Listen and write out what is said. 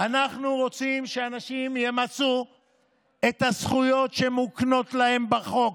אנחנו רוצים שאנשים ימצו את הזכויות שמוקנות להם בחוק.